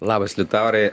labas liutaurai